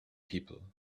people